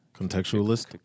Contextualist